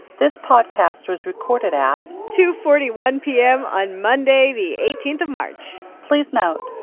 this podcast was recorded at. two forty one p m. on monday, the eighteen of march please note,